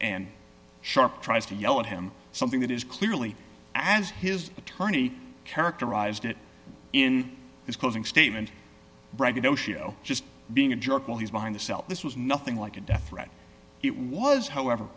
and shark tries to yell at him something that is clearly as his attorney characterized it in his closing statement braggadocio just being a jerk while he's behind the cell this was nothing like a death threat it was however